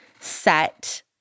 set